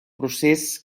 procés